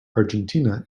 argentina